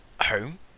home